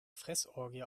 fressorgie